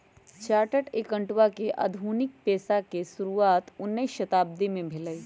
chartered accountant के आधुनिक पेशा के शुरुआत उनइ शताब्दी में भेलइ